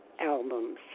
Albums